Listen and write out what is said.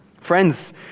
Friends